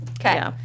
Okay